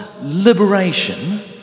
liberation